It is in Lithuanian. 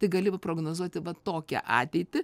tai gali va prognozuoti vat tokią ateitį